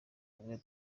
bumwe